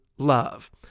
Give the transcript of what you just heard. Love